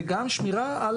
וגם שמירה על